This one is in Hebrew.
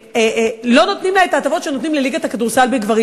לא נותנים לה את ההטבות שנותנים לליגת הכדורסל לגברים.